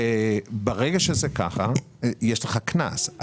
ברגע שזה כך, יש לך קנס.